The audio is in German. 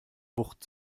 wucht